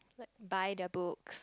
buy their books